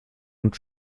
und